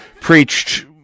preached